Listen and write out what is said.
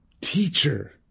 teacher